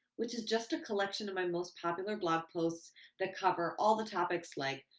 which is just a collection of my most popular blog posts that cover all the topics like